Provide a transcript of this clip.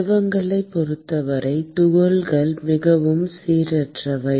திரவங்களைப் பொறுத்தவரை துகள்கள் மிகவும் சீரற்றவை